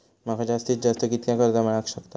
माका जास्तीत जास्त कितक्या कर्ज मेलाक शकता?